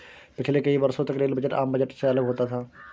पिछले कई वर्षों तक रेल बजट आम बजट से अलग होता था